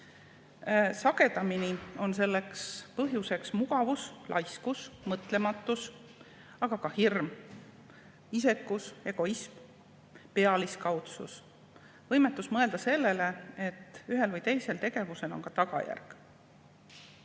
Sagedamini on põhjuseks mugavus, laiskus, mõtlematus, aga ka hirm, isekus, egoism, pealiskaudsus, võimetus mõelda, et ühel või teisel tegevusel on ka tagajärg.